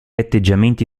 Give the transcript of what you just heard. atteggiamenti